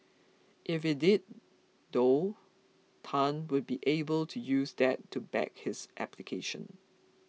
if it did though Tan would be able to use that to back his application